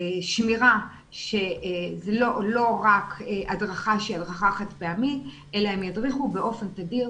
השמירה שזה לא רק הדרכה שהיא הדרכה חד פעמית אלא הם ידריכו באופן תדיר.